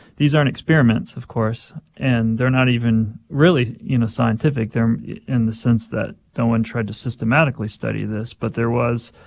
these aren't experiments of course, and they're not even really, you know, scientific. they're in the sense that no one tried to systematically study this. but there was,